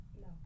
No